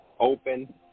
open